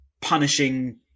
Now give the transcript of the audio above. punishing